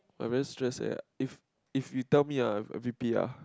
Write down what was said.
I very stress eh if if you tell me ah I V_P ah